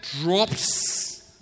drops